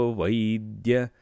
vaidya